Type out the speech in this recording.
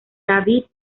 david